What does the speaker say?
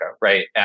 right